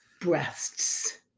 breasts